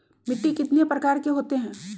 मिट्टी कितने प्रकार के होते हैं?